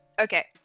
Okay